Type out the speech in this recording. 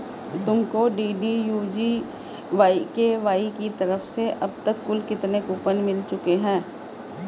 तुमको DDU GKY की तरफ से अब तक कुल कितने कूपन मिल चुके हैं?